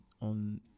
on